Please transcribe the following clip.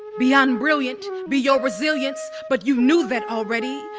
beyond brilliant, be your resilience, but you knew that already,